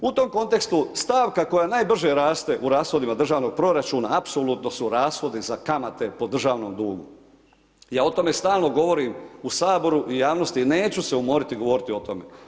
U tom kontekstu stavka koja najbrže raste u rashodima Državnog proračuna apsolutno su rashodi za kamate po državnom dugu, ja o tome stalno govorim u saboru, u javnosti neću se umoriti govoriti o tome.